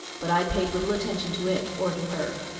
but i paid little attention to it or to her.